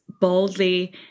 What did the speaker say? boldly